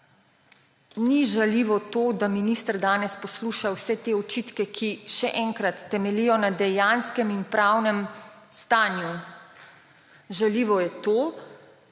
ni žaljivo to, da minister danes posluša vse te očitke, ki, še enkrat, temeljijo na dejanskem in pravnem stanju. Žaljivo je to,